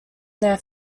their